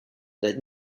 that